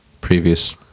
previous